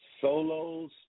Solos